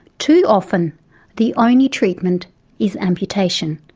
too often the only treatment is amputation.